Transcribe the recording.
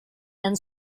and